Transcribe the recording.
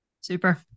Super